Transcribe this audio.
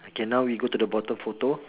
okay now we go to the bottom photo